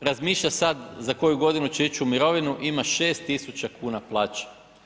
razmišlja sad za koju godinu će ići u mirovinu ima 6 tisuća kuna plaće.